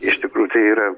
iš tikrųjų tai yra